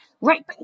Right